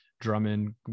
Drummond